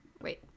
wait